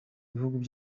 gihugu